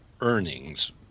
earnings